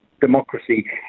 democracy